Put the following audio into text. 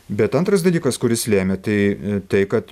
bet antras dalykas kuris lėmė tai tai kad